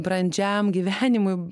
brandžiam gyvenimui